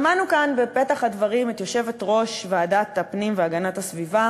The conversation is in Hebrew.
שמענו כאן בפתח הדברים את יושבת-ראש ועדת הפנים והגנת הסביבה